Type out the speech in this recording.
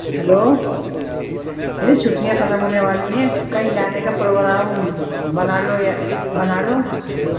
hello ارے چھٹیاں ختم ہونے والی ہیں کہیں جانے کا پروگرام بنا لو یا بنا لو